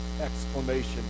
Exclamation